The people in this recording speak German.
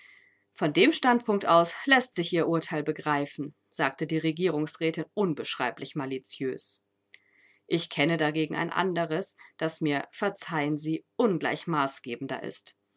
von dem standpunkt aus läßt sich ihr urteil begreifen sagte die regierungsrätin unbeschreiblich maliziös ich kenne dagegen ein anderes das mir verzeihen sie ungleich maßgebender ist